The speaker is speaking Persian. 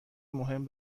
مهم